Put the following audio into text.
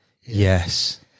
Yes